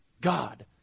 God